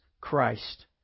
Christ